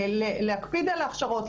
להקפיד על הכשרות,